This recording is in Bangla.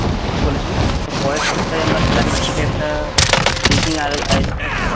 হ্যাঁ ঠিক বলেছেন পরের সপ্তাহে আমরা ক্লাবের থেকে একটা মিটিং আয়োজন করছি